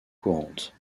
courante